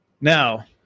Now